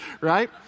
Right